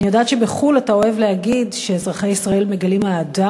אני יודעת שבחו"ל אתה אוהב להגיד שאזרחי ישראל מגלים אהדה